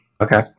Okay